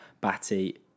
Batty